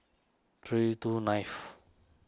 three two ninth